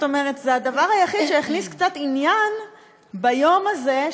זה הדבר היחיד שהכניס קצת עניין ביום הזה,